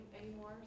anymore